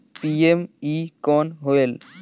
PME कौन होयल?